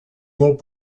molt